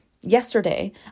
Yesterday